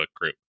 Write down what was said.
group